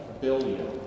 billion